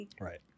Right